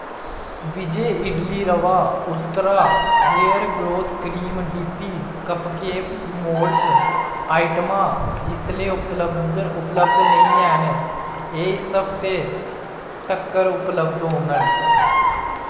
विजय इडली रवा उस्तरा hair growth cream D P cupcake moulds आइटमां इसलै उपलब्ध उपलब्ध नेईं हैन एह् इस हफ्तै तक्कर उपलब्ध होङन